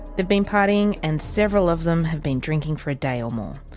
they've been partying and several of them have been drinking for a day or more.